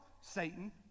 Satan